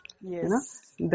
Yes